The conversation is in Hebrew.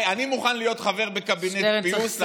אני מוכן להיות חבר בקבינט פיוס,